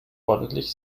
ordentlich